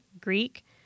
Greek